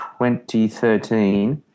2013